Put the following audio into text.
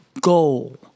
goal